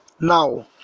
now